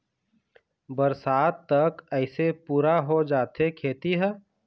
बरसात तक अइसे पुरा हो जाथे खेती ह